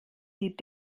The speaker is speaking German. die